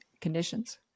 conditions